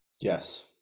Yes